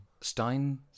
Stein